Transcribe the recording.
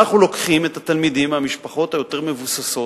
אנחנו לוקחים את התלמידים מהמשפחות היותר מבוססות,